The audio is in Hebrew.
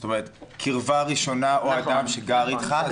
זאת אומרת, קרבה ראשונה או אדם שגר אתך.